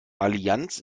allianz